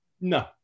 No